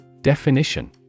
Definition